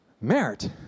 Merit